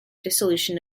dissolution